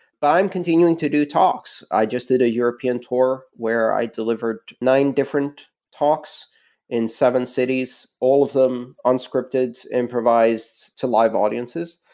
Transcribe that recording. but i'm continuing to do talks. i just did a european tour where i delivered nine different talks in seven cities, all of them unscripted, improvised to live audiences.